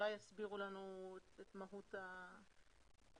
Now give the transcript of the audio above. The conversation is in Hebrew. אולי יסבירו לנו את מהות השוני.